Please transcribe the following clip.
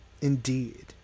indeed